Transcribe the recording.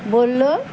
বললো